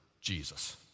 Jesus